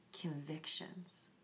convictions